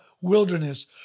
wilderness